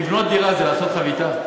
לבנות דירה זה לעשות חביתה?